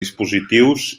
dispositius